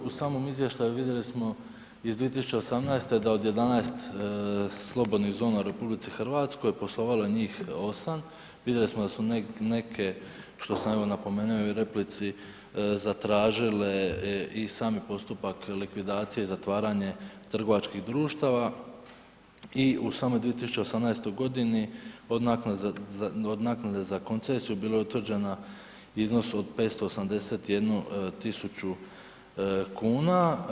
U samom izvještaju vidjeli smo iz 2018.da od 11 slobodnih zona u RH poslovalo je njih 8. Vidjeli smo da su neke što sam napomenuo i u replici, zatražile i sami postupak likvidacije zatvaranja trgovačkih društava i u samoj 2018.godini od naknada za koncesiju bilo je utvrđena iznos od 581.000 kuna.